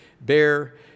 bear